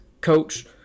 coach